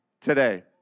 today